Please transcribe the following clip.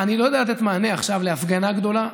אני לא יודע לתת מענה עכשיו להפגנה גדולה,